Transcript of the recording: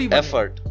effort।